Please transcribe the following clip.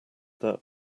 that